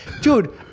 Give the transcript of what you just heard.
dude